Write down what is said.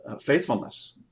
faithfulness